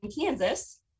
Kansas